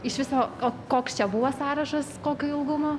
iš viso o koks čia buvo sąrašas kokio ilgumo